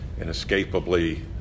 inescapably